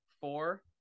four